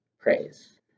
praise